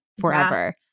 forever